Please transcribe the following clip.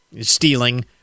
stealing